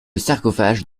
sarcophage